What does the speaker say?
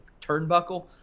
turnbuckle